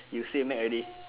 you say Mac already